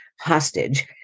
hostage